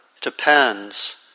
depends